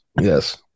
yes